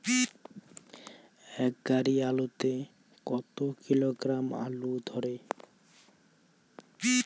এক গাড়ি আলু তে কত কিলোগ্রাম আলু ধরে?